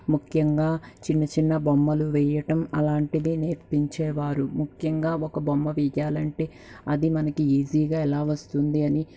ముఖ్యంగా చిన్నచిన్న బొమ్మలు వెయ్యటం అలాంటిదే నేర్పించేవారు ముఖ్యంగా ఒక బొమ్మ వెయ్యాలంటే అది మనకి ఈజీగా ఎలా వస్తుంది అని